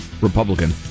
Republican